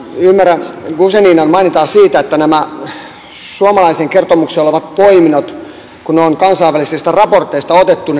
ymmärrä guzeninan mainintaa siitä että nämä suomalaisessa kertomuksessa olevat poiminnot kun ne on kansainvälisistä raporteista otettu